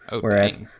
whereas